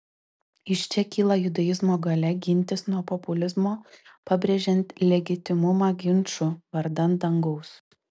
iš čia kyla judaizmo galia gintis nuo populizmo pabrėžiant legitimumą ginčų vardan dangaus